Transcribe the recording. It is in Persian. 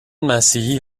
مسیحی